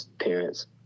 parents